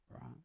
Right